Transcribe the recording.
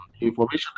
Information